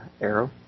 arrow